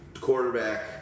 quarterback